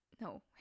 no